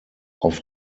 auf